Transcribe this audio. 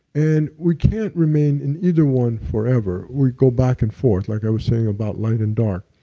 and we can't remain in either one forever. we go back and forth, like i was saying about light and dark.